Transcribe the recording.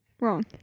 Wrong